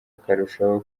akarushaho